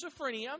schizophrenia